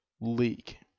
leak